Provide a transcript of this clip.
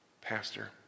pastor